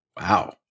Wow